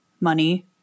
money